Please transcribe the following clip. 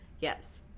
Yes